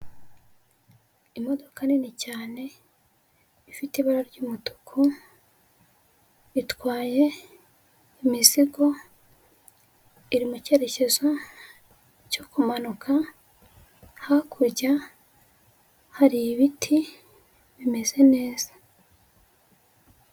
Imodoka nini cyane ifite ibara ry'umutuku, itwaye imizigo iri mu cyerekezo cyo kumanuka, hakurya hari ibiti bimeze neza.